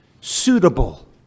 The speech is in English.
suitable